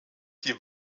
die